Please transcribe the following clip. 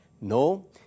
No